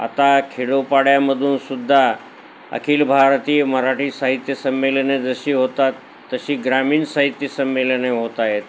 आता खेडोपाड्यामधूनसुद्धा अखिल भारतीय मराठी साहित्य संमेलने जशी होतात तशी ग्रामीण साहित्य संमेलने होत आहेत